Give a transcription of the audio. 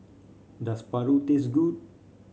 does paru taste good